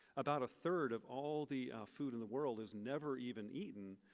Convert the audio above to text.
about a third of all the food in the world has never even eaten.